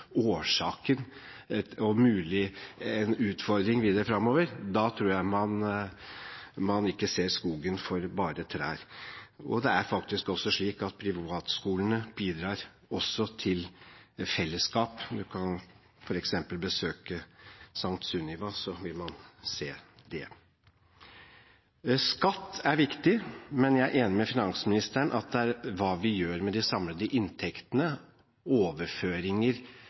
årsaken og en mulig utfordring videre fremover, tror jeg man ikke ser skogen for bare trær. Det er faktisk slik at privatskolene bidrar også til fellesskap. Man kan f.eks. besøke St. Sunniva skole, så vil man se det. Skatt er viktig, men jeg er enig med finansministeren i at det er hva vi gjør med de samlede inntektene, overføringer